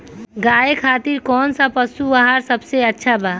गाय खातिर कउन सा पशु आहार सबसे अच्छा बा?